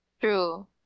True